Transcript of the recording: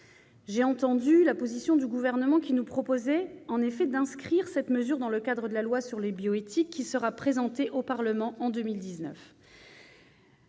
J'ai entendu la position du Gouvernement, qui nous propose d'inscrire cette mesure dans le cadre de la loi sur la bioéthique, laquelle sera présentée au Parlement en 2019.